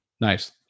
Nice